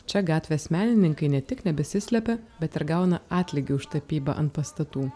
čia gatvės menininkai ne tik nebesislepia bet ir gauna atlygį už tapybą ant pastatų